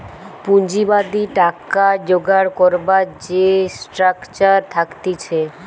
পুঁজিবাদী টাকা জোগাড় করবার যে স্ট্রাকচার থাকতিছে